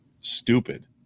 Stupid